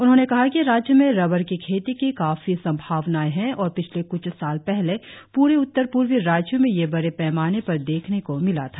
उन्होंने कहा कि राज्य में रबर की खेती की काफी संभावनाएँ है और पिछले कुछ साल पहले पूरे उत्तर पूर्वी राज्यों में ये बड़े पैमाने पर देखने को मिला था